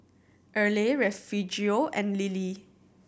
Erle Refugio and Lilie